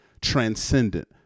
transcendent